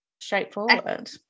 straightforward